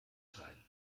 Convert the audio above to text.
sein